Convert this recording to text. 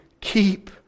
Keep